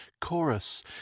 Chorus